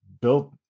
built